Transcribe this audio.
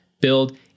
build